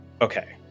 Okay